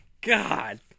God